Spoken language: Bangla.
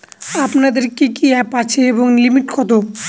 আপনাদের কি কি অ্যাপ আছে এবং লিমিট কত?